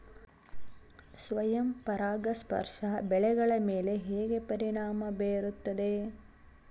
ಸ್ವಯಂ ಪರಾಗಸ್ಪರ್ಶ ಬೆಳೆಗಳ ಮೇಲೆ ಹೇಗೆ ಪರಿಣಾಮ ಬೇರುತ್ತದೆ?